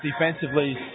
defensively